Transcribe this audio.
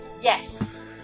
yes